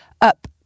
up